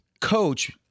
coach